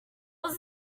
was